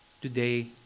today